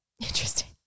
Interesting